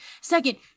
Second